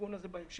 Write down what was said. התיקון הזה בהמשך.